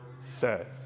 says